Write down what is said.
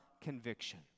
conviction